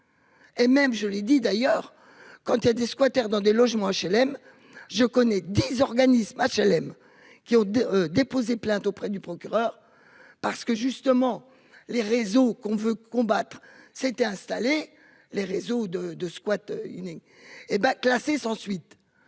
Et même je l'ai dit d'ailleurs quand tu des squatter dans des logements HLM. Je connais des organismes HLM qui ont déposé plainte auprès du procureur parce que justement les réseaux qu'on veut combattre s'était installés les réseaux de de squat unique et ben classée sans suite.